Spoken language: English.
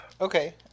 Okay